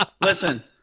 Listen